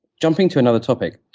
jumping to another topic,